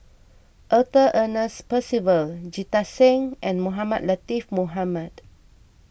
Arthur Ernest Percival Jita Singh and Mohamed Latiff Mohamed